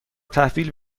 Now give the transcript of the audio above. تحویل